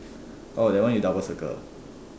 oh that one you double circle